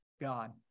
god